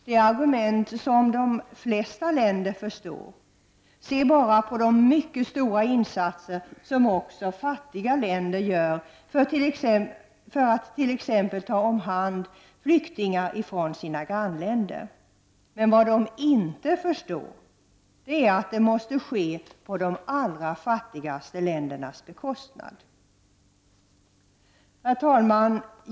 Det är argument som de flesta länder förstår — se bara på de mycket stora insatser som också fattiga länder gör för att t.ex. ta hand om flyktingar från sina grannländer! Men vad de inte förstår är att det måste ske på de allra fattigaste ländernas bekostnad. Herr talman!